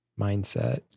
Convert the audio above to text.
mindset